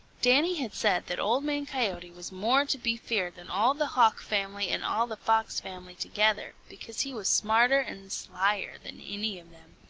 danny had said that old man coyote was more to be feared than all the hawk family and all the fox family together, because he was smarter and slyer than any of them.